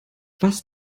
was